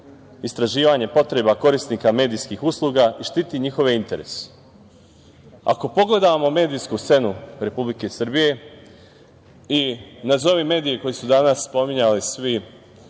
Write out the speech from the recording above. istraživanje potreba korisnika medijskih usluga i štiti njihove interese. Ako pogledamo medijsku scenu Republike Srbije i nazovi medije koji su danas spominjali svi,